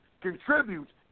contributes